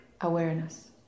awareness